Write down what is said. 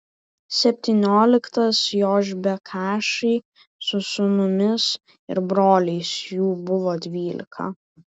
septynioliktas jošbekašai su sūnumis ir broliais jų buvo dvylika